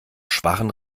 schwachen